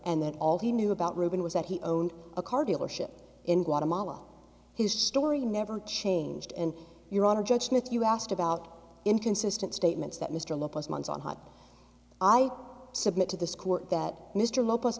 and that all he knew about rubin was that he owned a car dealership in guatemala his story never changed and your honor judgment you asked about inconsistent statements that mr lopez months on what i submit to this court that mr lo